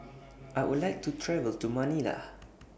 I Would like to travel to Manila